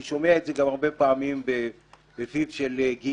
אני גם שומע את זה הרבה פעמים מפיו של גיל,